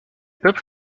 peuples